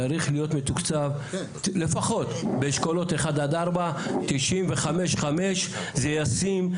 צריך להיות מתוקצב לפחות באשכולות 1-4 95.5% זה ישים,